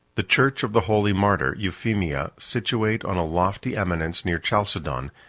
the church of the holy martyr euphemia, situate on a lofty eminence near chalcedon,